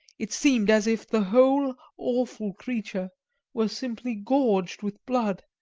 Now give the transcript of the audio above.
it seemed as if the whole awful creature were simply gorged with blood.